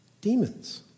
demons